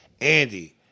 Andy